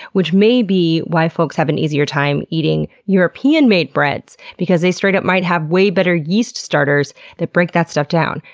which may be why folks have an easier time eating european-made breads because they straight up might have way better yeast starters that break that stuff down.